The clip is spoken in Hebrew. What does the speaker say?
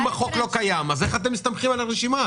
אם החוק לא קיים, אז איך אתם מסתמכים על הרשימה?